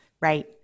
Right